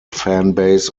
fanbase